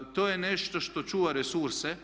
To je nešto što čuva resurse.